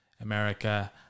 America